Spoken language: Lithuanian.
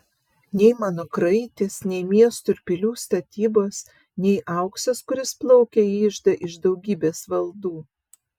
nei mano kraitis nei miestų ir pilių statybos nei auksas kuris plaukia į iždą iš daugybės valdų